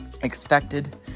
expected